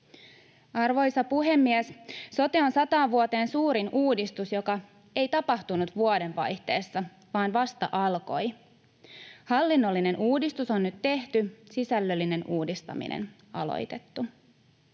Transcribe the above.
Arvoisa puhemies! Sote on sataan vuoteen suurin uudistus, joka ei tapahtunut vuodenvaihteessa vaan vasta alkoi. Hallinnollinen uudistus on nyt tehty, sisällöllinen uudistaminen aloitettu.